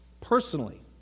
personally